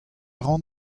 ran